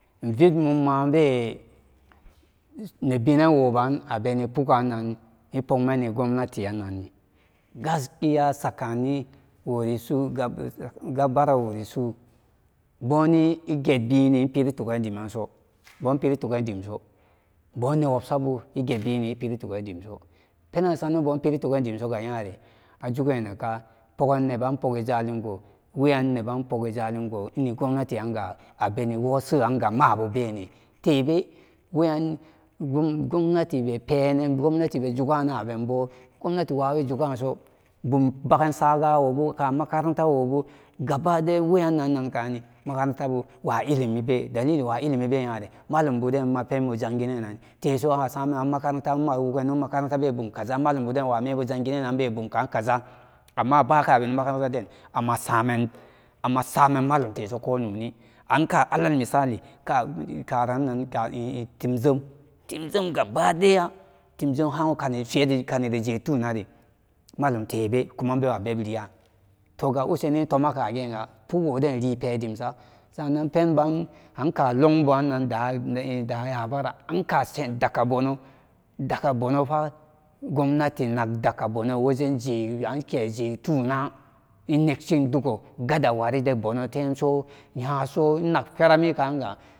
Ivid mum mabe nebinanwo ban abeni pooga nnan ipoogmani gobnatiyanan gaskiya sakaniworisu gaba raworisu bóóni igetbini iperi tugandimanso bopiri tugan dimso bóó newubsabu igebini iperi tugan dimso pennan isaran bóón piri tugan dimsoranga yare ajugan nenka póógan neba póógo jalingo wayan neba póóga jaling ini gobnatiranga iriwo seyan ga mawo bene tebe weyan gomnati be penen gomnati betug juganan benbo gomnati wawi jugaso bumbagan sagawo bu makarantawobu gaba daya weyannan nan kani makarantabu wa ilimibe dali liwa ilimibe yere malambuden mapenjan gininani teso asamen ta bebum kaza malum buden iwa membu jangininan ibe bumka kaza amma ibakabeni makaranta den masamen amasamen malum teso ko nóóni anka alamisali karannan karan timzem timzem gaba daya temze ha kani fiyeda je tunari malum tebe kuma ibawa beb liya tohga woseni ituma a póóg woden lipe dimsa sanam penban akáán lunbanáán dayabara anka anka dakka bono daka bonofáá gomnati nag daka bono wojenje ikeje tuna inegshin dugu gada waride bonoso nyaso inagferamiga.